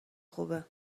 خوبه